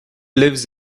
lives